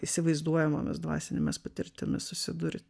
įsivaizduojamomis dvasinėmis patirtimis susidurti